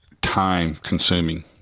time-consuming